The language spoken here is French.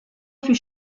fut